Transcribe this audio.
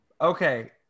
Okay